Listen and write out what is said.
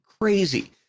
crazy